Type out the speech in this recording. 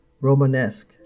Romanesque